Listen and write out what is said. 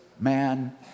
man